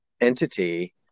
entity